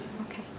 okay